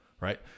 Right